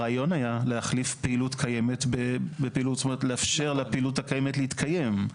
הרעיון היה לאפשר לפעיות הקיימת להתקיים,